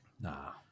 Nah